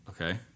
Okay